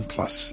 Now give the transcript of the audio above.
Plus